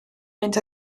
mynd